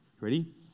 Ready